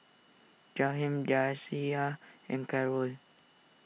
Jaheem Deasia and Carroll